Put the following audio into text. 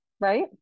Right